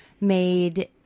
made